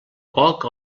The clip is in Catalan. poc